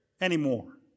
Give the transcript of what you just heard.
anymore